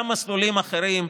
גם מסלולים אחרים,